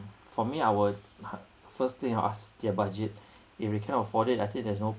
for me I would first thing I'll ask their budget if you cannot afford it I think that's no